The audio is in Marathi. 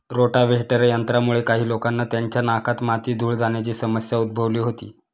रोटाव्हेटर यंत्रामुळे काही लोकांना त्यांच्या नाकात माती, धूळ जाण्याची समस्या उद्भवली होती